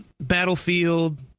Battlefield